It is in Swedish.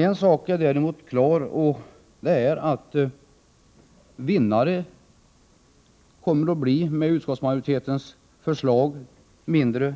En sak är däremot klar: med utskottsmajoritetens förslag kommer vinnarna att bli de mindre